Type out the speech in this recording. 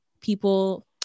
people